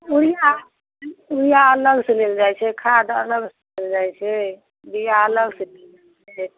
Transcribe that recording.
बिआ बिआ अलग सँ लेल जाइ छै खाद अलग सँ लेल जाइ छै बिआ अलग सँ लेल जाइ छै